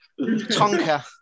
Tonka